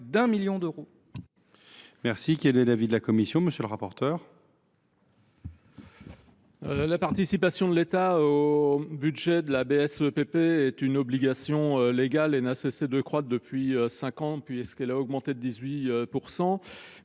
de 1 million d’euros. Quel est l’avis de la commission ? La participation de l’État au budget de la BSPP est une obligation légale et n’a cessé de croître depuis cinq ans, puisqu’elle a augmenté de 18 %.